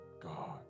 God